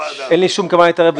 אין לי שום כוונה להתערב,